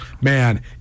man